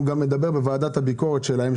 הוא גם מדבר בוועדת הביקורת שלהם,